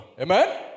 Amen